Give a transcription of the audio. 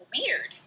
weird